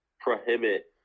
prohibit